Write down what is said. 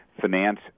finance